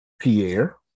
Pierre